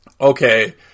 Okay